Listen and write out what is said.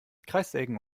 kreissägen